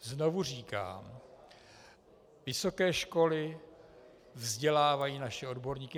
Znovu říkám, vysoké školy vzdělávají naše odborníky.